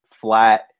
flat